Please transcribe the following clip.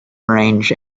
range